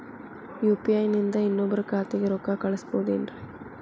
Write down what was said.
UPI ನಿಂದ ಇನ್ನೊಬ್ರ ಖಾತೆಗೆ ರೊಕ್ಕ ಕಳ್ಸಬಹುದೇನ್ರಿ?